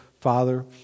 Father